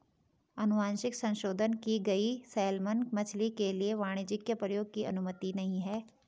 अनुवांशिक संशोधन की गई सैलमन मछली के लिए वाणिज्यिक प्रयोग की अनुमति नहीं है